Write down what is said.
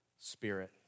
Spirit